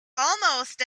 almost